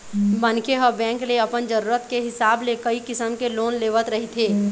मनखे ह बेंक ले अपन जरूरत के हिसाब ले कइ किसम के लोन लेवत रहिथे